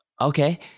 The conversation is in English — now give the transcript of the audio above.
okay